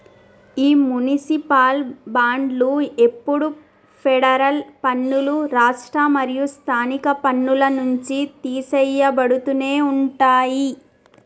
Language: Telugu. ఈ మునిసిపాల్ బాండ్లు ఎప్పుడు ఫెడరల్ పన్నులు, రాష్ట్ర మరియు స్థానిక పన్నుల నుంచి తీసెయ్యబడుతునే ఉంటాయి